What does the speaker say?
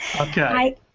Okay